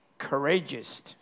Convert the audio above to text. courageous